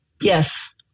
Yes